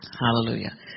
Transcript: Hallelujah